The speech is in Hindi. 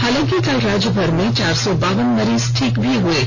हालांकि कल राज्य भर में चार सौ बावन मरीज ठीक हए हैं